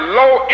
low